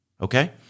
okay